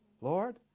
Lord